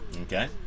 okay